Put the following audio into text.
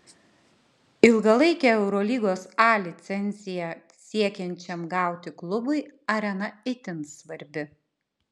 ilgalaikę eurolygos a licenciją siekiančiam gauti klubui arena itin svarbi